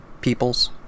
peoples